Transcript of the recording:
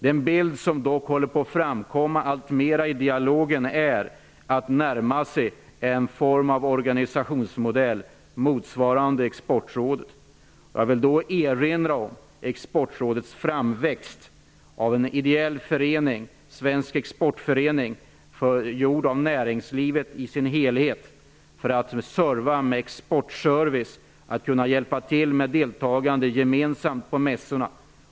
Den bild som dock framkommer alltmer i dialogen är ett närmande till en form av organisationsmodell motsvarade Exportrådet. Jag vill då erinra om Svensk exportförening, tillskapad av näringslivet i dess helhet för att ge exportservice och kunna hjälpa till med gemensamt deltagande på mässorna.